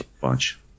bunch